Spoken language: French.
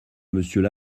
monsieur